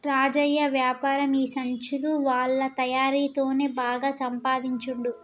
రాజయ్య వ్యాపారం ఈ సంచులు తాళ్ల తయారీ తోనే బాగా సంపాదించుండు